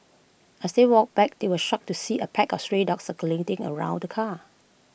as they walked back they were shocked to see A pack of stray dogs circling around the car